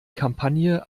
kampagne